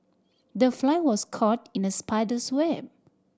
the fly was caught in the spider's web